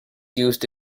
used